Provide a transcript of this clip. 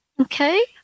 Okay